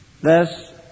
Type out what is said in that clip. Thus